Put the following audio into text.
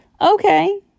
okay